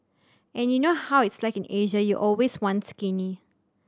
and you know how it's like in Asia you always want skinny